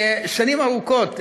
ששנים ארוכות,